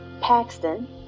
Paxton